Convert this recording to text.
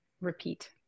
repeat